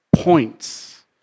points